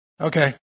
okay